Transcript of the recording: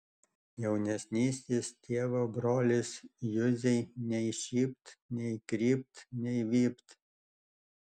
jaunesnysis tėvo brolis juzei nei šypt nei krypt nei vypt